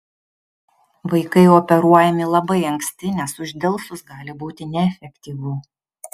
vaikai operuojami labai anksti nes uždelsus gali būti neefektyvu